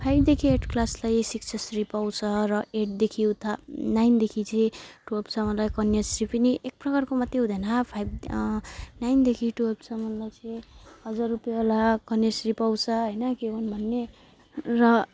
फाइभदेखि एट क्लासलाई शिक्षाश्री पाउँछ र एटदेखि उता नाइनदेखि चाहिँ टुवेल्भसम्मलाई कन्याश्री पनि एक प्रकारको मात्रै हुँदैन फाइभ नाइनदेखि टुवेल्भसम्मलाई चाहिँ हजार रुपियाँवाला कन्याश्री पाउँछ हैन के भन्ने र